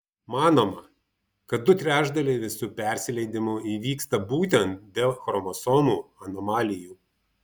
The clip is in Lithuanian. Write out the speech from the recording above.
manoma kad du trečdaliai visų persileidimų įvyksta būtent dėl chromosomų anomalijų